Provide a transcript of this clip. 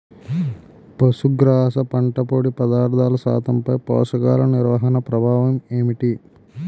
పశుగ్రాస పంట పొడి పదార్థాల శాతంపై పోషకాలు నిర్వహణ ప్రభావం ఏమిటి?